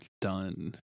done